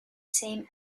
same